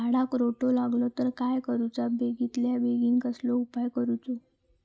झाडाक रोटो लागलो तर काय करुचा बेगितल्या बेगीन कसलो उपाय करूचो?